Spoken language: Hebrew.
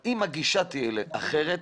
אם הגישה תהיה אחרת,